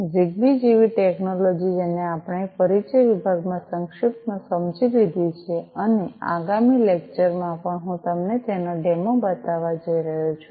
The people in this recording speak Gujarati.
ઝીગબી જેવી ટેક્નૉલૉજી જેને આપણે પરિચય વિભાગમાં સંક્ષિપ્તમાં સમજી લીધી છે અને આગામી લેક્ચર માં પણ હું તમને તેનો ડેમો બતાવવા જઈ રહ્યો છું